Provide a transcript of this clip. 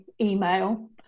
email